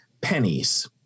pennies